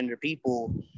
people